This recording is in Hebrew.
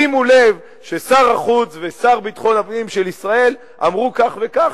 שימו לב ששר החוץ והשר לביטחון פנים של ישראל אמרו כך וכך,